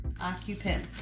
Occupant